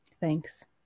Thanks